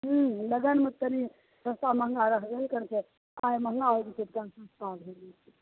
हूँ लगनमे कनि सस्ता महँगा रहबे ने करय छै आइ महँगा हो जेतय तऽ काल्हि सस्ता भए जेतय